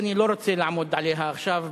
שאני לא רוצה לעמוד עליה עכשיו,